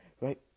right